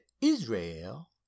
israel